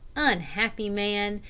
unhappy man!